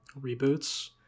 reboots